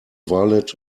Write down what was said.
valid